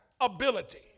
ability